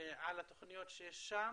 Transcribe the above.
על התוכניות של המשרד.